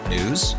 News